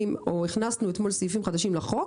או הכנסנו אתמול סעיפים חדשים לחוק,